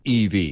EV